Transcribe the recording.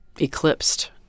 eclipsed